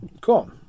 cool